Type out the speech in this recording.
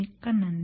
மிக்க நன்றி